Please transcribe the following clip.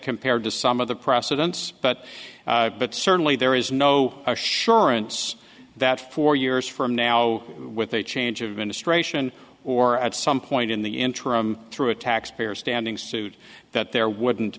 compared to some of the process once but but certainly there is no assurance that four years from now with a change of administration or at some point in the interim through a taxpayer standing suit that there wouldn't